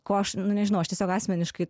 ko aš nežinau aš tiesiog asmeniškai